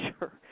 sure